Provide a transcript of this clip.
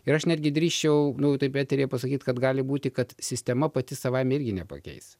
ir aš netgi drįsčiau taip eteryje pasakyt kad gali būti kad sistema pati savaime irgi nepakeis